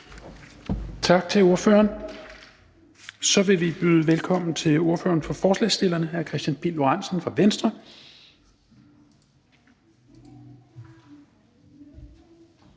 Tak til ordføreren. Så vil vi byde velkommen til ordføreren for forslagsstillerne, hr. Kristian Pihl Lorentzen fra Venstre.